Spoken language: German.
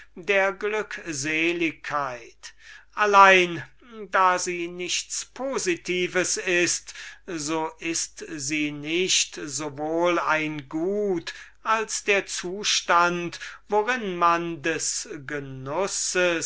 der glückseligkeit allein da sie nichts positives ist so ist sie nicht so wohl ein gut als der zustand worin man des genusses